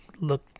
look